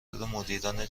مدیران